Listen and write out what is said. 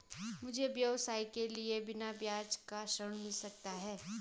मुझे व्यवसाय के लिए बिना ब्याज का ऋण मिल सकता है?